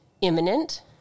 imminent